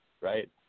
Right